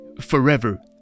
Forever